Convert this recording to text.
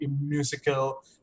musical